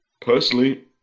personally